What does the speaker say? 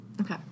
Okay